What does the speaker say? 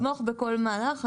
אני אתמוך בכל מהלך.